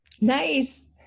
Nice